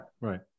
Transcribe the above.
right